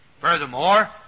Furthermore